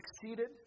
succeeded